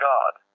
God